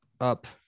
up